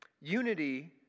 unity